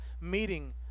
meeting